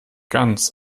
ganz